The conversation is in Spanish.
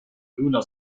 una